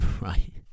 right